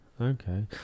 okay